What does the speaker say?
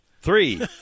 Three